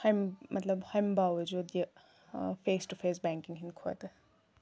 ہُمہِ مطلب ہُمہِ باوجوٗد یہِ فیس ٹُہ فیس بٮ۪نٛکِنٛگ ہٕنٛدۍ کھۄتہٕ